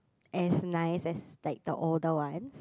as nice as like the older one